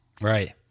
right